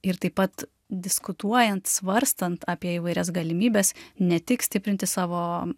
ir taip pat diskutuojant svarstant apie įvairias galimybes ne tik stiprinti savo